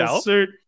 suit